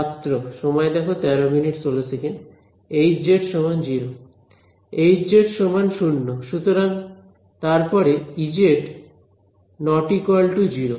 ছাত্র Hz 0 Hz 0 সুতরাং তারপরে Ez ≠ 0